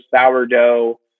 sourdough